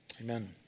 amen